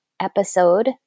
episode